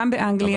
גם באנגליה.